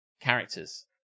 Characters